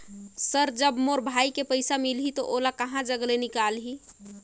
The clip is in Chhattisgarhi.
सर जब मोर भाई के पइसा मिलही तो ओला कहा जग ले निकालिही?